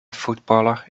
footballer